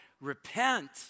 Repent